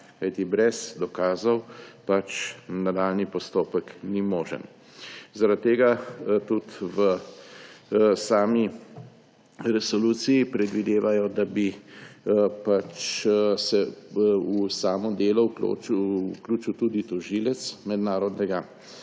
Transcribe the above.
brez dokazov nadaljnji postopek ni možen. Zaradi tega tudi v sami resoluciji predvidevajo, da bi se v samo delo vključil tudi tožilec mednarodnega